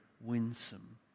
winsome